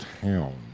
town